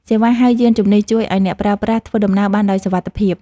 សេវាហៅយានជំនិះ ជួយឱ្យអ្នកប្រើប្រាស់ធ្វើដំណើរបានដោយសុវត្ថិភាព។